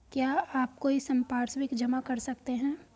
क्या आप कोई संपार्श्विक जमा कर सकते हैं?